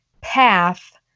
path